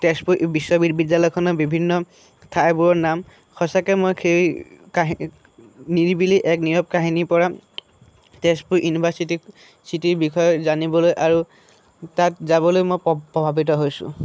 তেজপুৰ বিশ্ববিদ্যালয়খনৰ বিভিন্ন ঠাইবোৰৰ নাম সঁচাকৈ মই সেই কাহি নিৰিবিলি এক নীৰৱ কাহিনীৰ পৰা তেজপুৰ ইউনিভাৰ্চিটিক চিটিৰ বিষয়ে জানিবলৈ আৰু তাত যাবলৈ মই প্ৰভাৱিত হৈছোঁ